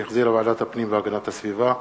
שהחזירה ועדת הפנים והגנת הסביבה.